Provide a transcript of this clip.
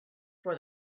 for